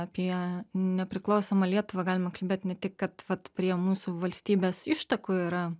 apie nepriklausomą lietuvą galima kalbėt ne tik kad vat prie mūsų valstybės ištakų yra